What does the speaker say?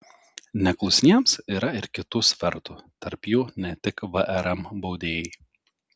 neklusniems yra ir kitų svertų tarp jų ne tik vrm baudėjai